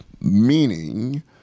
meaning